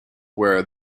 where